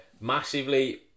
massively